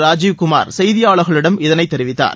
ராஜீவ் குமார் செய்தியாளர்களிடம் இதனைத் தெரிவித்தார்